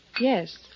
Yes